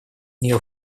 нее